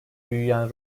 büyüyen